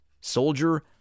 Soldier